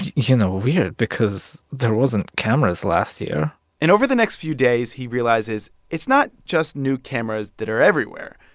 you know, weird because there wasn't cameras last year and over the next few days, he realizes it's not just new cameras that are everywhere.